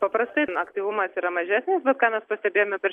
paprastai aktyvumas yra mažesnis bet ką mes pastebėjome per